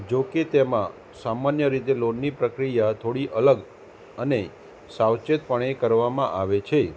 જો કે તેમાં સામાન્ય રીતે લોનની પ્રક્રિયા થોડી અલગ અને સાવચેતપણે કરવામાં આવે છે